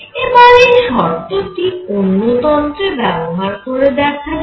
এবার এই শর্তটি অন্য তন্ত্রে ব্যবহার করে দেখা যাক